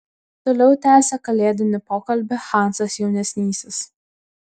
toliau tęsė kalėdinį pokalbį hansas jaunesnysis